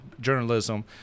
journalism